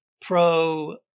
pro